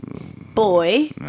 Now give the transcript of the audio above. Boy